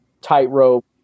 tightrope